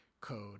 code